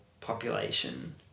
population